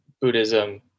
Buddhism